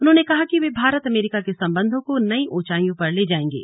उन्होंने कहा कि वे भारत अमरीका के संबंधों को नई ऊंचाइयो पर ले जायेंगे